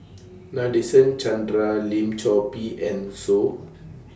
Nadasen Chandra Lim Chor Pee and Soh